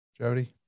Jody